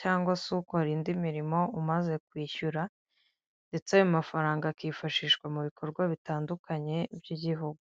cyangwa se ukora indi mirimo umaze kwishyura, ndetse ayo mafaranga akifashishwa mu bikorwa bitandukanye by'igihugu.